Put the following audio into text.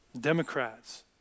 Democrats